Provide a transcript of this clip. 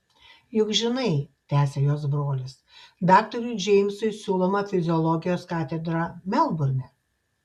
juk žinai tęsė jos brolis daktarui džeimsui siūloma fiziologijos katedra melburne